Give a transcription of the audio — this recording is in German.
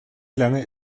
lange